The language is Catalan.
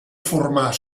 formar